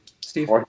Steve